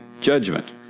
Judgment